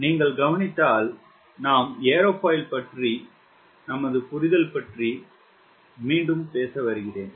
நீங்கள் கவனித்ததால் நாம் ஏரோஃபாயில் பற்றிய நமது புரிதல் பற்றி மீண்டும் வருகிறோம்